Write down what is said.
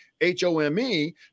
H-O-M-E